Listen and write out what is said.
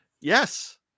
Yes